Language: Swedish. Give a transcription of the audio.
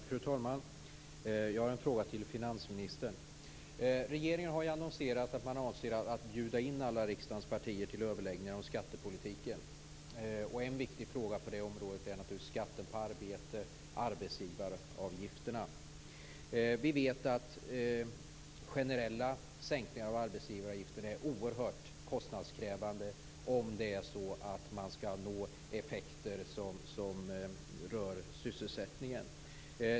Fru talman! Jag har en fråga till finansministern. Regeringen har annonserat att man avser att bjuda in alla riksdagens partier till överläggningar om skattepolitiken. En viktig fråga på det området är naturligtvis skatten på arbete, arbetsgivaravgiften. Vi vet att generella sänkningar av arbetsgivaravgiften är oerhört kostnadskrävande om man skall nå effekter som rör sysselsättningen.